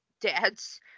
dad's